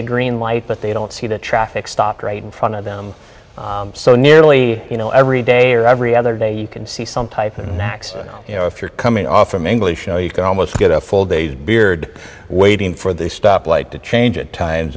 a green light but they don't see the traffic stopped right in front of them so nearly you know every day or every other day you can see some type of an accident you know if you're coming off from english no you can almost get a full day's beard waiting for the stop light to change at times